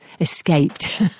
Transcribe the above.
escaped